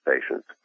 patients